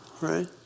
right